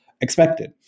expected